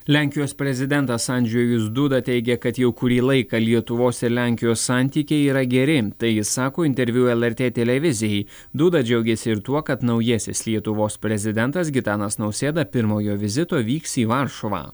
lenkijos prezidentas andžejus duda teigia kad jau kurį laiką lietuvos ir lenkijos santykiai yra geri tai jis sako interviu lrt televizijai dūda džiaugėsi ir tuo kad naujasis lietuvos prezidentas gitanas nausėda pirmojo vizito vyks į varšuvą